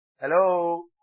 Hello